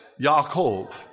Yaakov